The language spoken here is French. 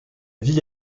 ville